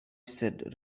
said